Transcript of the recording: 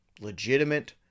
legitimate